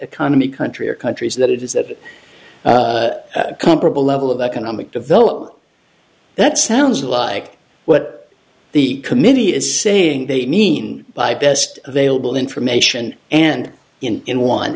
economy country or countries that it is that at comparable level of economic development that sounds like what the committee is saying they mean by best available information and in in one